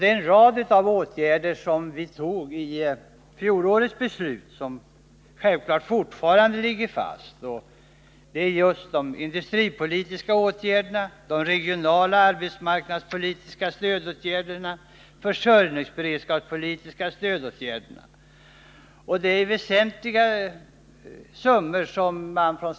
Den rad av åtgärder som beslöts i fjol, de industripolitiska åtgärderna, de regionala arbetsmarknadspolitiska stödåtgärderna och de försörjningsberedskapspolitiska åtgärderna, ligger självfallet fortfarande fast.